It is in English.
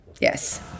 yes